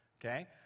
okay